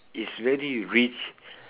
is very rich